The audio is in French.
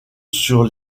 sur